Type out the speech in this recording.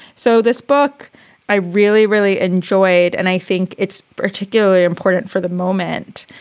so this book i really, really enjoyed and i think it's particularly important for the moment.